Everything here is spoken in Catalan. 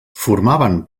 formaven